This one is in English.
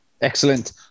Excellent